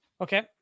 okay